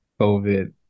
COVID